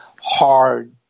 hard